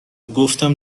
گفتم